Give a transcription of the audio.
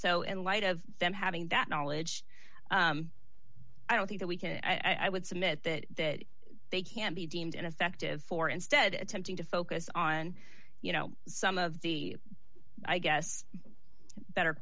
so in light of them having that knowledge i don't think that we can i would submit that they can be deemed ineffective for instead attempting to focus on you know some of the i guess better